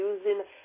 Using